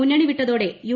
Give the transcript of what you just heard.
മുന്നണി വിട്ടതോടെ യു